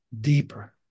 deeper